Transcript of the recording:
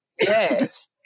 Yes